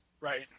Right